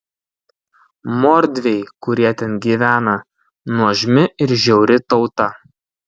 mordviai kurie ten gyvena nuožmi ir žiauri tauta